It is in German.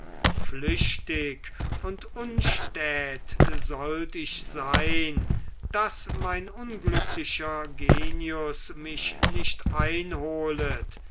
flüchtig und unstät sollt ich sein daß mein unglücklicher genius mich nicht einholet